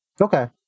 Okay